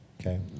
Okay